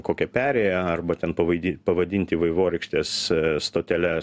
kokią perėją arba ten pavaidi pavadinti vaivorykštės stotele